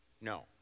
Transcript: No